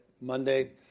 Monday